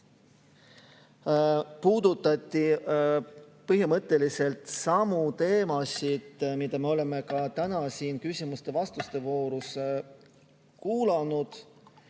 Puudutati põhimõtteliselt samu teemasid, mida me oleme ka täna siin küsimuste-vastuste voorus kuulanud.